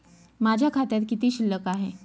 माझ्या खात्यात किती शिल्लक आहे?